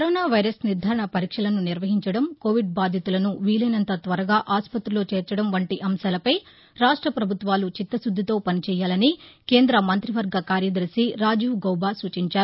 corona virus నిర్దారణ పరీక్షలను నిర్వహించడం కోవిడ్ బాధితులను వీలైనంత త్వరగా ఆస్పతిలో చేర్చడం వంటి అంశాలపై రాష్ట్ర ప్రభుత్వాలు చిత్తశుద్దితో పనిచేయాలని కేంద్ర మంత్రివర్గ కార్యదర్భి రాజీవ్ గౌబా సూచించారు